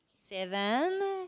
Seven